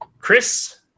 Chris